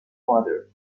mother